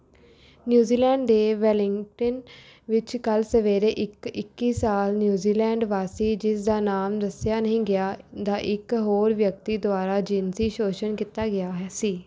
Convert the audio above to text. New Zealand ਦੇ Wellington ਵਿੱਚ ਕੱਲ੍ਹ ਸਵੇਰੇ ਇੱਕ ਇੱਕੀ ਸਾਲ ਨਿਊਜ਼ੀਲੈਂਡ ਵਾਸੀ ਜਿਸ ਦਾ ਨਾਮ ਦੱਸਿਆ ਨਹੀਂ ਗਿਆ ਦਾ ਇੱਕ ਹੋਰ ਵਿਅਕਤੀ ਦੁਆਰਾ ਜਿਨਸੀ ਸ਼ੋਸ਼ਣ ਕੀਤਾ ਗਿਆ ਹੈ ਸੀ